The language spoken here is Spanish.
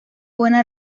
buena